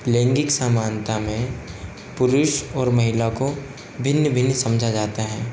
लैंगिक समानता में पुरुष और महिला को भिन्न भिन्न समझा जाता है